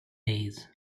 days